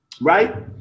Right